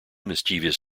mischievous